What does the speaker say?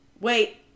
Wait